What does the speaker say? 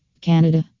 Canada